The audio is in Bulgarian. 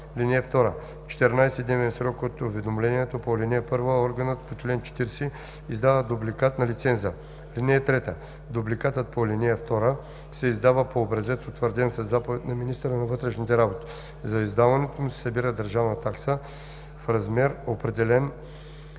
(2) В 14-дневен срок от уведомлението по ал. 1 органът по чл. 40 издава дубликат на лиценза. (3) Дубликатът по ал. 2 се издава по образец, утвърден със заповед на министъра на вътрешните работи. За издаването му се събира държавна такса в размер, определен